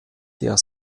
der